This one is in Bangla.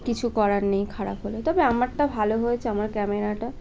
কিছু করার নেই খারাপ হলে তবে আমারটা ভালো হয়েছে আমার ক্যামেরাটা